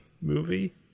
Movie